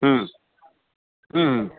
ହୁଁ ହୁଁ